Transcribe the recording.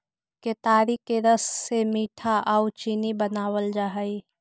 केतारी के रस से मीठा आउ चीनी बनाबल जा हई